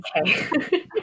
okay